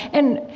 and,